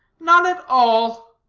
not at all.